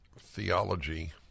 theology